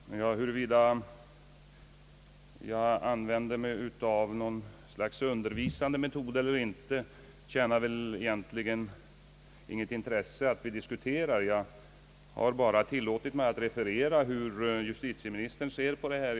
Herr talman! Huruvida jag använde mig av något slags undervisande metod eller inte tjänar väl egentligen inte något intresse att vi diskuterar. Jag har bara tillåtit mig att referera hur justitieministern ser på liknande frågor.